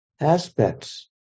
aspects